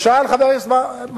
שאל חבר הכנסת מגלי,